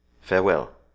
Farewell